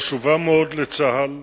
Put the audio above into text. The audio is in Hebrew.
חשובה מאוד לצה"ל.